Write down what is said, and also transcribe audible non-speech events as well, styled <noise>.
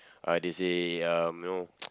uh they say um you know <noise>